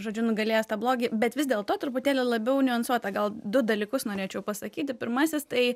žodžiu nugalėjęs tą blogį bet vis dėlto truputėlį labiau niuansuot tą gal du dalykus norėčiau pasakyti pirmasis tai